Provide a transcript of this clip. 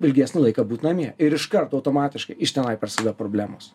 ilgesnį laiką būt namie ir iš karto automatiškai iš tenai prasideda problemos